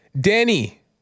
Danny